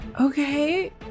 Okay